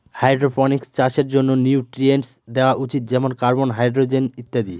hydroponics চাষের জন্য nutrients দেওয়া উচিত যেমন কার্বন, হাইড্রজেন ইত্যাদি